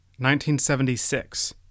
1976